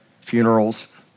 funerals